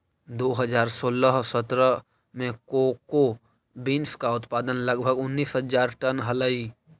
दो हज़ार सोलह सत्रह में कोको बींस का उत्पादन लगभग उनीस हज़ार टन हलइ